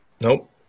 Nope